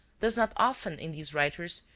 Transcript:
does not often, in these writers,